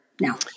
now